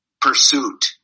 pursuit